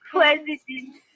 President